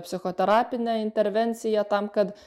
psichoterapine intervencija tam kad